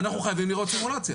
כן, אנחנו חייבים לראות סימולציה.